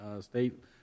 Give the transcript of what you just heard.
state